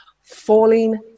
falling